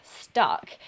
stuck